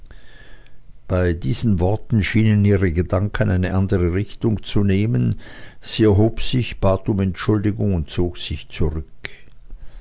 bei diesen worten schienen ihre gedanken eine andere richtung zu nehmen sie erhob sich bat um entschuldigung und zog sich zurück